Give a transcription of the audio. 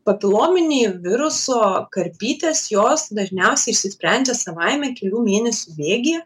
papilominiai viruso karpytės jos dažniausiai išsisprendžia savaime kelių mėnesių bėgyje